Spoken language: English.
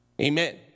Amen